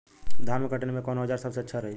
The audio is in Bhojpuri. धान कटनी मे कौन औज़ार सबसे अच्छा रही?